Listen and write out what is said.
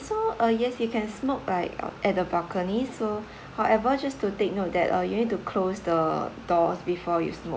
so uh yes you can smoke right at the balcony so however just to take note that uh you need to close the doors before you smoke